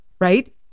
right